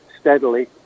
steadily